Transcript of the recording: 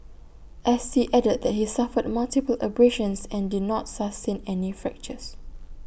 S T added that he suffered multiple abrasions and did not sustain any fractures